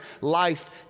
life